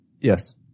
Yes